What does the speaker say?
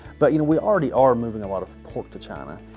but you know we already are moving a lot of pork to china.